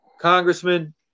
congressman